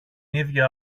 ίδια